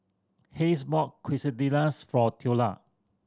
Hays bought Quesadillas for Theola